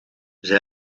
zij